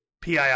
PII